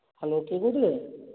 hello କିଏ କହୁଥିଲେ